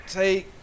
take